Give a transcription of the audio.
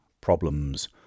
problems